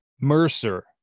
Mercer